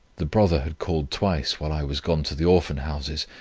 the brother had called twice while i was gone to the orphan-houses,